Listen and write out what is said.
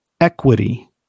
equity